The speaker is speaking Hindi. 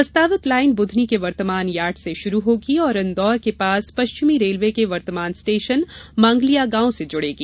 प्रस्तावित लाईन बुधनी के वर्तमान यार्ड से शुरू होगी और इंदौर के पास पश्चिमी रेलवे के वर्तमान स्टेशन मांगलियागांव से जुड़ेगी